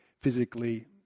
physically